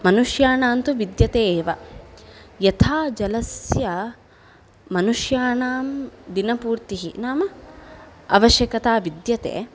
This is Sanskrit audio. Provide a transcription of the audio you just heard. मनुष्याणां तु विद्यते एव यथा जलस्य मनुष्याणां दिनपूर्तिः नाम आवश्यकता विद्यते